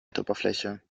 erdoberfläche